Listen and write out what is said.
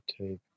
take